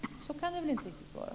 Så kan det väl inte riktigt vara?